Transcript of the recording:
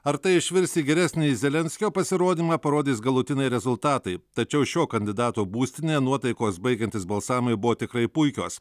ar tai išvirs į geresnį zelenskio pasirodymą parodys galutiniai rezultatai tačiau šio kandidato būstinė nuotaikos baigiantis balsavimui buvo tikrai puikios